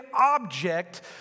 object